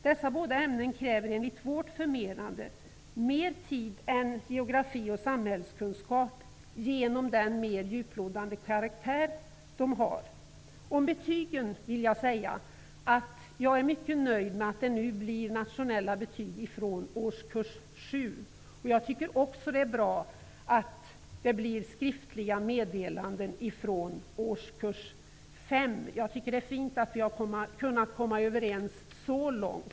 Dessa båda ämnen kräver enligt vårt förmenande mer tid än geografi och samhällskunskap på grund av den mer djuplodande karaktär som religion och historia har. Om betygen vill jag säga att jag är mycket nöjd med att det nu blir nationella betyg från årskurs 7. Jag tycker också att det är bra att blir skriftliga meddelanden från årskurs 5. Jag tycker att det är fint att vi kunnat komma överens så långt.